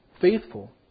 faithful